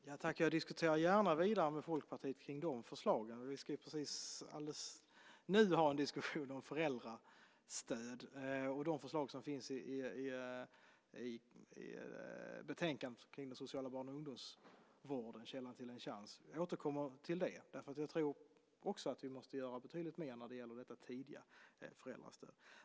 Fru talman! Jag diskuterar gärna vidare med Folkpartiet kring de förslagen. Vi ska väldigt snart ha en diskussion om föräldrastödet och de förslag som finns i betänkandet Den sociala barn och ungdomsvården - källan till en chans . Jag återkommer till det, därför att jag tror också att vi måste göra betydligt mer när det gäller detta tidiga föräldrastöd.